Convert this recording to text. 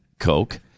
coke